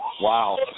Wow